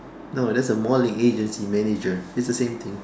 no that's a modelling agency manager it's the same thing